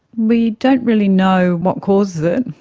we don't really know what causes it.